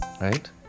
right